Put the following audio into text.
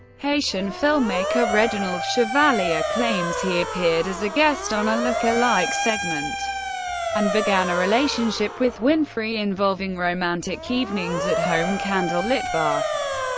haitian filmmaker reginald chevalier claims he appeared as a guest on a look-alike segment and began a relationship with winfrey involving romantic evenings at home, candlelit baths,